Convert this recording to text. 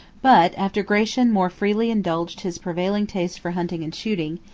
but, after gratian more freely indulged his prevailing taste for hunting and shooting,